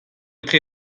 etre